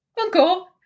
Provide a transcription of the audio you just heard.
Uncle